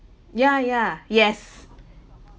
ya ya yes